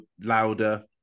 louder